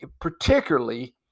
particularly